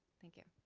thank you.